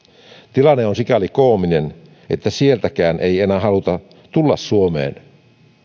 tilanne on sikäli koominen että sieltäkään ei enää haluta tulla suomeen